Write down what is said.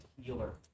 healer